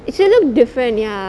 she'll look different ya